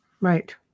right